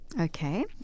Okay